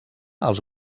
els